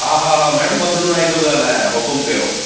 हा हा मैम बबलू नाई थो ॻाल्हायां हुकुमु कयो